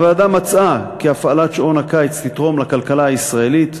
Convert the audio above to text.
הוועדה מצאה כי הפעלת שעון הקיץ תתרום לכלכלה הישראלית.